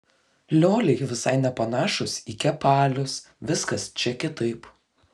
lioliai visai nepanašūs į kepalius viskas čia kitaip